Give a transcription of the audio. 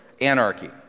anarchy